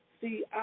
see